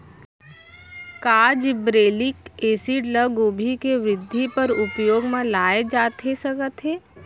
का gibberellic acid ल गोभी के वृद्धि बर उपयोग म लाये जाथे सकत हे?